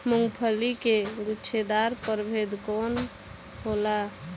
मूँगफली के गुछेदार प्रभेद कौन होला?